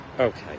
Okay